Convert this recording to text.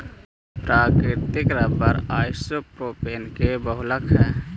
प्राकृतिक rubber isoprene के बहुलक हई